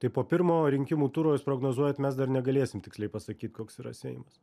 tai po pirmo rinkimų turo jūs prognozuojat mes dar negalėsim tiksliai pasakyt koks yra seimas